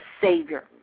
savior